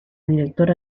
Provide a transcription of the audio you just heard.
director